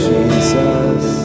Jesus